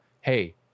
hey